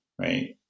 Right